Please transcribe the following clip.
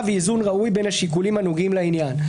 ואיזון ראוי בין השיקולים הנוגעים לעניין.